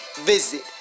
visit